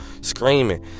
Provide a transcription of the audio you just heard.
Screaming